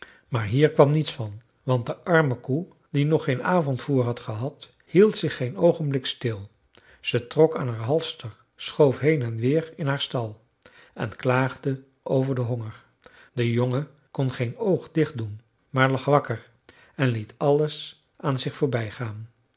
maar hier kwam niets van want de arme koe die nog geen avondvoer had gehad hield zich geen oogenblik stil ze trok aan haar halster schoof heen en weer in haar stal en klaagde over den honger de jongen kon geen oog dicht doen maar lag wakker en liet alles aan zich voorbijgaan